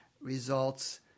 results